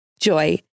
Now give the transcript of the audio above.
Joy